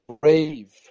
brave